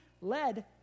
led